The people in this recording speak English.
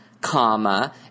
comma